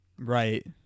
right